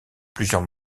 plusieurs